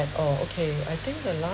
at oh okay I think the last